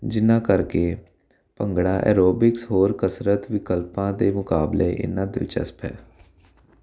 ਜਿਹਨਾਂ ਕਰਕੇ ਭੰਗੜਾ ਐਰੋਬਿਕਸ ਹੋਰ ਕਸਰਤ ਵਿਕਲਪਾਂ ਦੇ ਮੁਕਾਬਲੇ ਇੰਨਾਂ ਦਿਲਚਸਪ ਹੈ